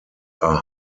are